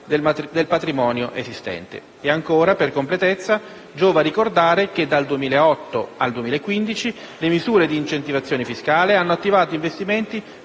del patrimonio esistente. Ancora, per completezza, giova ricordare che, dal 2008 al 2015, le misure di incentivazione fiscale hanno attivato investimenti